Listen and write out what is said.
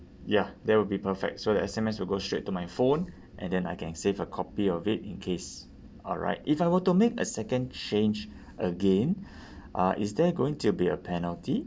ya that will be perfect so the S_M_S will go straight to my phone and then I can save a copy of it in case alright if I were to make a second change again uh is there going to be a penalty